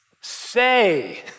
say